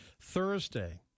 Thursday